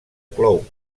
clou